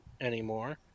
anymore